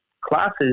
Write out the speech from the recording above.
classes